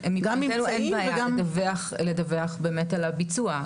מבחינתנו אין בעיה לדווח באמת על הביצוע,